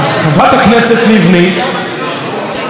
אדוני היושב-ראש,